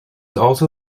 also